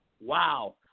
Wow